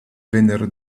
vennero